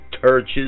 churches